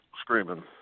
screaming